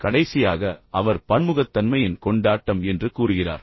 கடைசியாக அவர் பன்முகத்தன்மையின் கொண்டாட்டம் என்று கூறுகிறார்